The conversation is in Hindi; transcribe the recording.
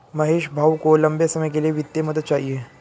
महेश भाऊ को लंबे समय के लिए वित्तीय मदद चाहिए